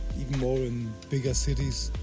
even more in bigger cities,